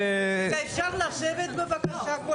מה, אתה טוען במקומו עכשיו?